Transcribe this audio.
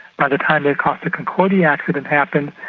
by the time the costa concordia accident happened,